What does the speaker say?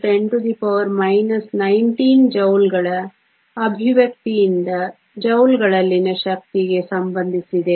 6 x 10 19 ಜೌಲ್ಗಳ ಅಭಿವ್ಯಕ್ತಿಯಿಂದ ಜೌಲ್ಗಳಲ್ಲಿನ ಶಕ್ತಿಗೆ ಸಂಬಂಧಿಸಿದೆ